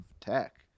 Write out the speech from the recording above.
tech